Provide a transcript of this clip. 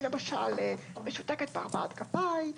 אני למשל משותקת בארבעת גפיי,